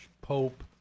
pope